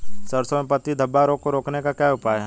सरसों में पत्ती धब्बा रोग को रोकने का क्या उपाय है?